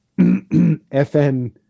FN